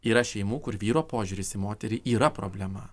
yra šeimų kur vyro požiūris į moterį yra problema